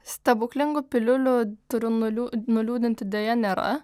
stebuklingų piliulių turiu nuliū nuliūdinti deja nėra